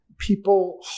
People